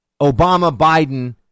Obama-Biden